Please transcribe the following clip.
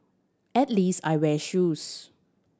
at least I wear shoes